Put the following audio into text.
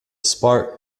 spark